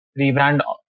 rebrand